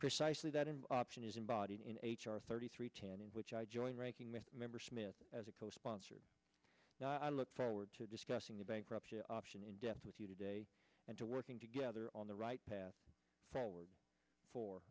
precisely that an option is embodied in h r thirty three ten in which i join ranking with member smith as a co sponsor now i look forward to discussing the bankruptcy option in depth with you today and to working together on the right path forward for